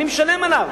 אני משלם עליו.